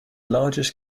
largest